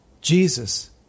Jesus